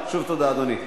שוב תודה, אדוני.